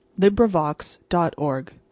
LibriVox.org